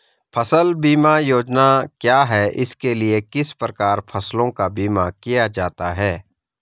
फ़सल बीमा योजना क्या है इसके लिए किस प्रकार फसलों का बीमा किया जाता है?